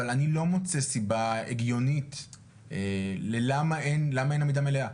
אבל אני לא מוצא סיבה הגיונית למה אין עמידה מלאה.